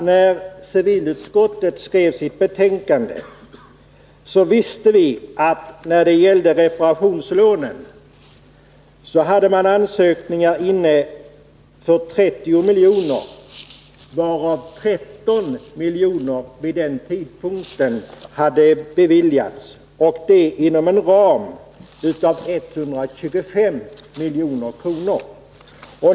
När civilutskottet skrev sitt betänkande, visste vi att när det gällde reparationslånen fanns det ansökningar inne för 30 milj.kr., varav 13 milj.kr. vid den tidpunkten hade beviljats, och det inom en ram av 125 milj.kr.